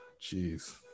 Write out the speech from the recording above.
Jeez